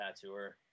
tattooer